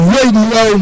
Radio